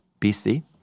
BC